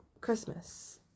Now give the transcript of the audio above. Christmas